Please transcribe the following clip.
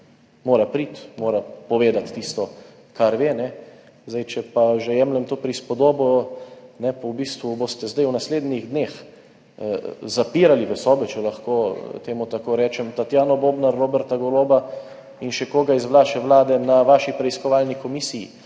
mora priti, mora povedati tisto, kar ve. Če pa že jemljem to prispodobo, pa boste v bistvu v naslednjih dneh zapirali v sobe, če lahko temu tako rečem, Tatjano Bobnar, Roberta Goloba in še koga iz vaše vlade na vaši preiskovalni komisiji,